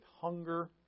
hunger